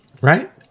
right